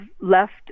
left